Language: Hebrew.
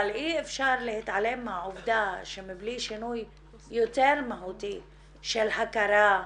אבל אי אפשר להתעלם מהעובדה שמבלי שינוי יותר מהותי של הכרה,